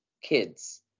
kids